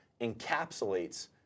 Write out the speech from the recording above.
encapsulates